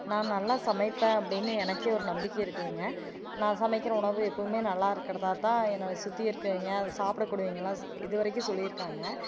நான் நல்லா சமைப்பேன் அப்படின்னு எனக்கு ஒரு நம்பிக்கை இருக்குதுங்க நான் சமைக்கிற உணவு எப்போதுமே நல்லா இருக்கிறதா தான் என்னோடு சுற்றி இருக்கிறவங்க அதை சாப்பிட கூடியவங்கள்லாம் இது வரைக்கும் சொல்லி இருக்காங்க